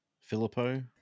Filippo